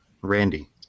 Randy